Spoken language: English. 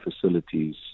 facilities